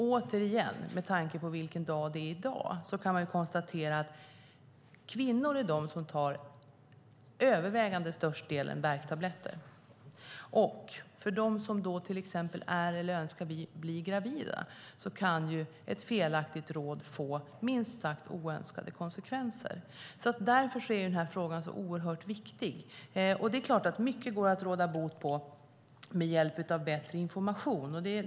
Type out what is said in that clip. Återigen - med tanke på vilken dag det är i dag - kan man konstatera att kvinnor är de som tar den övervägande största delen värktabletter. För dem som till exempel är eller önskar bli gravida kan ett felaktigt råd få minst sagt oönskade konsekvenser. Därför är frågan oerhört viktig. Det är klart att mycket går att råda bot på med hjälp av bättre information.